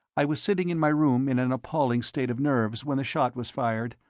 i was sitting in my room in an appalling state of nerves when the shot was fired.